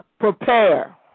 Prepare